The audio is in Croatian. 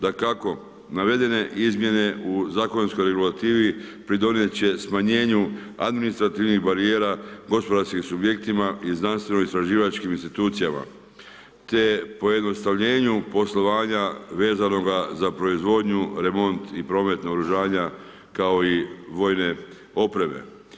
Dakako navedene izmjene u zakonodavnoj regulativi pridonijeti će smanjenju administrativnih barijera gospodarskih subjektima i znanstveno istraživačkih institucijama te pojednostavljenju poslovanja vezanoga za proizvodnju, remont i promet naoružanja kao i vojne opreme.